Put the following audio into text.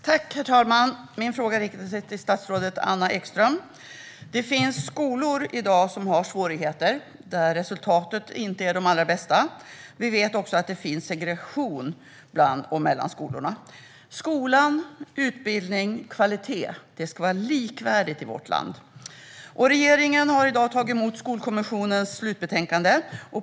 Herr talman! Min fråga riktar sig till statsrådet Anna Ekström. Det finns skolor som i dag har svårigheter där resultaten inte är de allra bästa. Det finns också segregation bland och mellan skolorna. Det ska vara likvärdigt med skola, utbildning och kvalitet i vårt land. Regeringen har i dag tagit emot Skolkommissionens slutbetänkande.